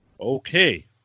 Okay